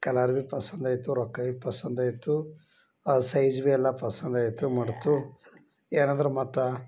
colour ಭಿ ಪಸಂದ ಆಯಿತು ರೊಕ್ಕ ಭಿ ಪಸಂದ ಆಯಿತು ಆ ಸೈಝ್ ಭಿ ಎಲ್ಲಾ ಪಸಂದ್ ಆಯಿತು ಮಾಡ್ತು ಏನಾದ್ರು ಮತ್ತು